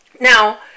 Now